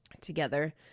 together